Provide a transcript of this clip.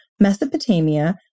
Mesopotamia